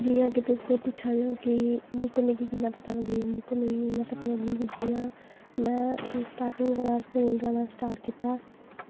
जि'यां कि तुस पुच्छा दे ओ कि बुक्क मिगी कि'यां पता लगगी बुक्क मिगी इ'यां पता लग्गी कि जि'यां में स्टार्टिंग बिच्च स्कूल जाना स्टार्ट कीता